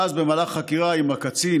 ואז במהלך חקירה עם הקצין,